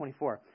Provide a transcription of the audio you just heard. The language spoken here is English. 24 –